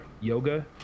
yoga